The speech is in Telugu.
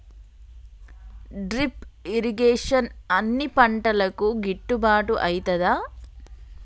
డ్రిప్ ఇరిగేషన్ అన్ని పంటలకు గిట్టుబాటు ఐతదా?